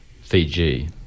Fiji